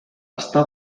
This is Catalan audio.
està